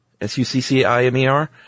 S-U-C-C-I-M-E-R